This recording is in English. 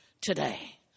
today